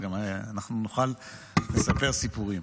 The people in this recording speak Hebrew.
אז גם אנחנו נוכל לספר סיפורים.